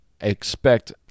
expect